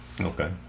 Okay